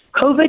COVID